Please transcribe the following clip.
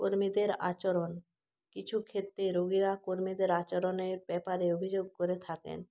কর্মীদের আচরণ কিছু ক্ষেত্রে রোগীরা কর্মীদের আচরণের ব্যাপারে অভিযোগ করে থাকেন